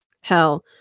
hell